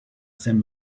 saint